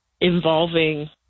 involving